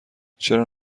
چرا